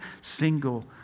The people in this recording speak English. single